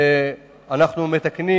ואנחנו מתקנים